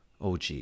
OG